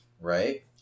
Right